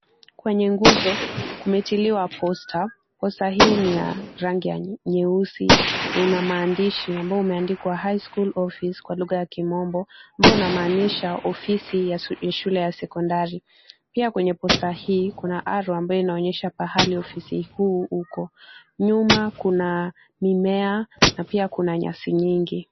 Kwenye nguzo kumetiliwa poster , poster hii ni ya rangi ya nyeusi na ina maandishi ambayo imeandikwa High School Office kwa lugha ya kimombo, ambayo inamaanisha ofisi ya shule ya sekondari, pia kwenye poster hii kuna arrow ambayo inaonyesha pahali ofisi hii iko, nyuma kuna mimea na pia kuna nyasi nyingi.